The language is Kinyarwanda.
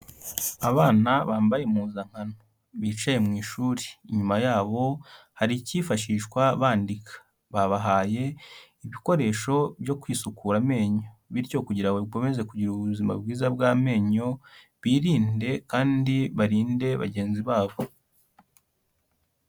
Abana bambaye impuzankano bicaye mu ishuri, inyuma yabo hari icyifashishwa bandika babahaye ibikoresho byo kwisukura amenyo, bityo kugira ngo bakomeze kugira ubuzima bwiza bw'amenyo birinde kandi barinde bagenzi babo.